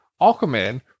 Aquaman